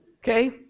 Okay